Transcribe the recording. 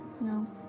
No